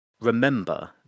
remember